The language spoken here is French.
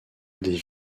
des